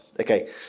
Okay